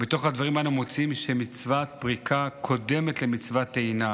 בתוך הדברים אנו מוצאים שמצוות פריקה קודמת למצוות טעינה,